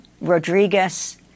Rodriguez